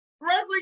Wrestling